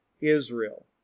Israel